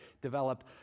develop